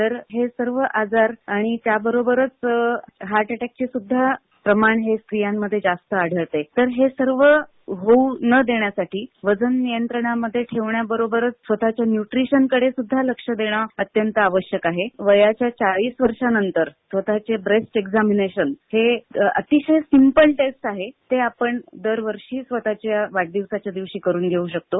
तर हे सर्व आजार आणि त्याबरोबरच हार्ट अटॅक चे प्रमाण स्त्रियांमध्ये जास्त आढळते तर हे सर्व होऊ न देण्यासाठी वजन यंत्रणांमध्ये ठेवण्याबरोबरच स्वतःच्या न्यूटिशन कडे सुद्धा लक्ष देणे अत्यंत आवश्यक आहे व या चाळीस वर्षानंतर स्वतःचे ब्रेस्ट एक्झामिनेशन्स हे अतिशय सिम्पल टेस्ट आहे ते आपण दरवर्षी स्वतःच्या वाढदिवसाच्या दिवशी करून घेऊ शकतो